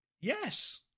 yes